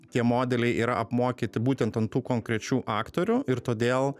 tie modeliai yra apmokyti būtent ant tų konkrečių aktorių ir todėl